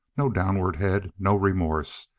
no downward head, no remorse.